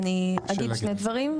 אני אגיד שני דברים.